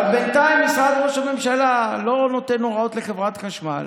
אבל בינתיים משרד ראש הממשלה לא נותן הוראות לחברת החשמל